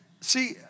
see